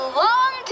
long